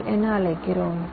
L என அழைக்கிறோம்